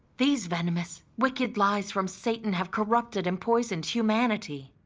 these venomous, wicked lies from satan have corrupted and poisoned humanity.